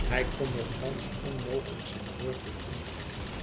hij kon nochtans onmogelijk zijn woord weer intrekken